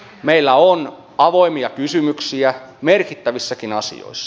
meillä on avoimia kysymyksiä merkittävissäkin asioissa